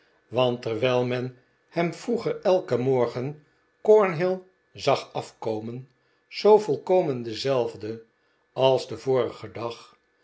want terwijl men hem vroeger elken morgen cornhill zag af komen zoo volkomen dezelfde als den vorigen dag